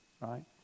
right